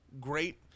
great